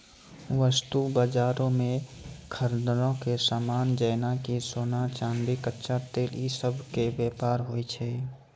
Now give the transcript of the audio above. वस्तु बजारो मे खदानो के समान जेना कि सोना, चांदी, कच्चा तेल इ सभ के व्यापार होय छै